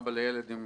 אבא לילד עם